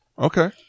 Okay